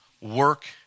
work